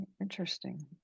Interesting